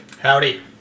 howdy